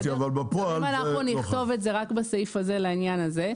אם אנחנו נכתוב את זה רק בסעיף הזה רק לעניין הזה,